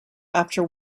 after